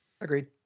Agreed